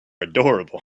adorable